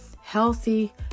healthy